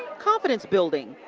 confidence building,